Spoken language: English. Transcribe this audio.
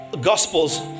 Gospels